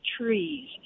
trees